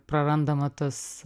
prarandama tas